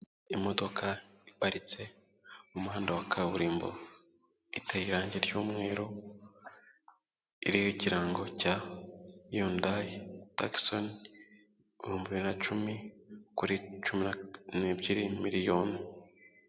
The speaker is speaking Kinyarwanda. Imodoka iparitse mu muhanda wa kaburimbo, iteye irange ry'umweru, iriho ikirango cya Yundayi Takisoni , ibihumbi bibiri na cumi kuri cumi n'ebyiri miliyoni.